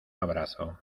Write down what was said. abrazo